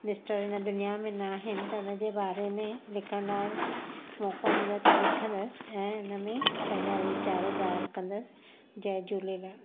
mister हिन दुनिया में न आहिनि त हुन जे बारे में लिखण लाइ मौक़ो मिलियो त लिखंदसि ऐं उनमें पंहिंजा वीचार ज़ाहिर कंदसि जय झूलेलाल